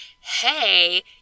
Hey